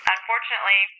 Unfortunately